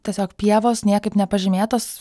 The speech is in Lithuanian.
tiesiog pievos niekaip nepažymėtos